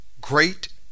great